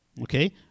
okay